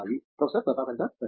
professor Pratap Haridas సరే